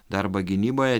darbą gynyboje